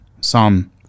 Psalm